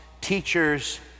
teachers